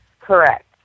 Correct